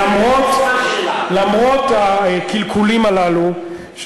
למרות הקלקולים הללו,